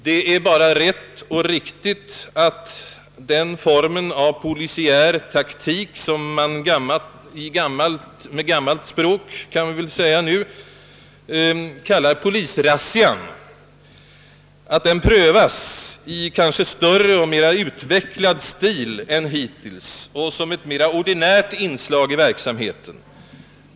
Det är bara rätt och riktigt att den formen av polisiär taktik, som man med ett gammalt uttryck väl helt enkelt kan kalla polisrazzia, prövas i kanske större och mera utvecklad stil än hittills som ett mera ordinärt inslag i verksamheten.